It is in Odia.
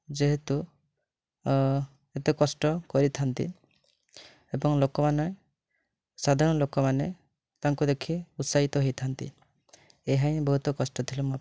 ଯେହେତୁ ଏତେ କଷ୍ଟ କରିଥାଆନ୍ତି ଏବଂ ଲୋକମାନେ ସଧାରଣ ଲୋକମାନେ ତାଙ୍କୁ ଦେଖି ଉତ୍ସାହିତ ହୋଇଥାଆନ୍ତି ଏହାହିଁ ବହୁତ କଷ୍ଟ ଥିଲା ମୋ ପାଇଁ